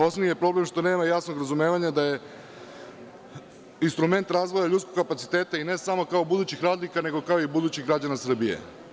Osnovni je problem što nema jasnog razumevanja da je instrument razvoja ljudskog kapaciteta i ne samo kao budućih radnika, nego i kao budućih građana Srbije.